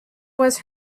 was